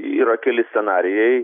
yra keli scenarijai